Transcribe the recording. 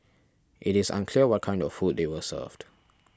it is unclear what kind of food they were served